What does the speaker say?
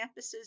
campuses